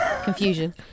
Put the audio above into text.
Confusion